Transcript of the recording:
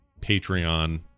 Patreon